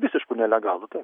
visiškų nelegalų taip